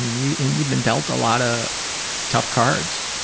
you've and you've been dealt a lot of tough cards.